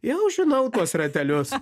jau žinau tuos ratelius